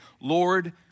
Lord